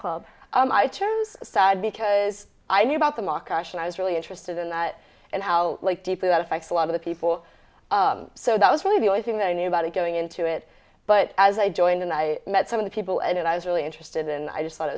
club i chose aside because i knew about them aakash and i was really interested in that and how deeply that affects a lot of the people so that was really the only thing that i knew about it going into it but as i joined and i met some of the people and i was really interested and i just thought